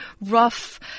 rough